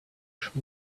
should